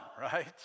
right